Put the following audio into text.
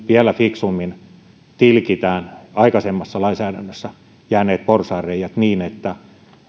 vielä fiksummin tilkitään aikaisempaan lainsäädäntöön jääneet porsaanreiät niin että